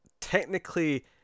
technically